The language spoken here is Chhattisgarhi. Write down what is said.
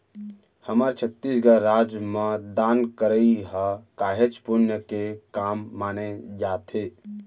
हमर छत्तीसगढ़ राज म दान करई ह काहेच पुन्य के काम माने जाथे